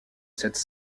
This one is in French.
cette